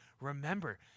Remember